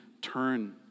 turn